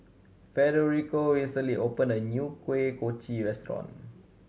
Federico recently opened a new Kuih Kochi restaurant